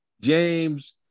James